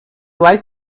like